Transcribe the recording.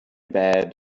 bed